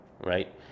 right